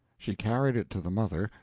she carried it to the mother,